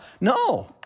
No